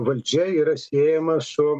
valdžia yra siejama su